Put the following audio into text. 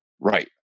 Right